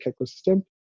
ecosystem